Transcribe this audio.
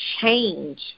change